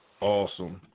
Awesome